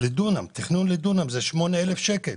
תכנון לדונם היום, המפתח הוא 8,000 שקלים.